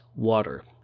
water